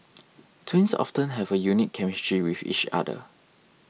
twins often have a unique chemistry with each other